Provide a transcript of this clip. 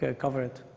ah cover it.